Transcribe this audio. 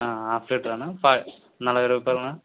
half litre అన్న పా నలభై రూపాయలన్నా